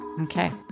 Okay